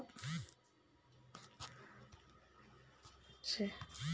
వ్యవసాయ రైతుల కోసం కేంద్ర ప్రభుత్వం అనేక రకాల పథకాలను ప్రవేశపెట్టినాది